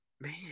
Man